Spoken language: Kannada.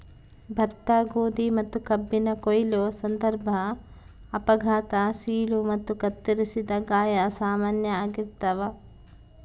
ಭತ್ತ ಗೋಧಿ ಮತ್ತುಕಬ್ಬಿನ ಕೊಯ್ಲು ಸಂದರ್ಭ ಅಪಘಾತ ಸೀಳು ಮತ್ತು ಕತ್ತರಿಸಿದ ಗಾಯ ಸಾಮಾನ್ಯ ಆಗಿರ್ತಾವ